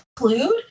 include